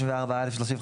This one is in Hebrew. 35,